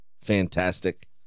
fantastic